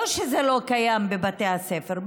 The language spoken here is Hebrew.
לא שזה לא קיים בבתי הספר,